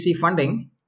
funding